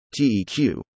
TEQ